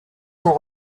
sont